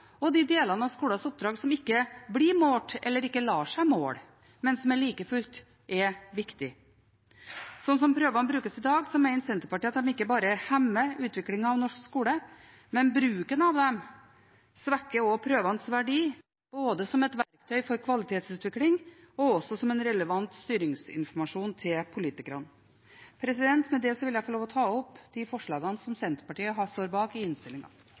ikke blir målt, eller ikke lar seg måle, men som like fullt er viktige. Slik prøvene brukes i dag, mener Senterpartiet at de ikke bare hemmer utviklingen av norsk skole, men bruken av dem svekker også prøvenes verdi både som et verktøy for kvalitetsutvikling og også som en relevant styringsinformasjon til politikerne. Med dette vil jeg få lov til å ta opp forslagene fra Senterpartiet og SV. Representanten Marit Arnstad har tatt opp de forslagene hun refererte til. Er det én ting de siste ukene i